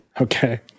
okay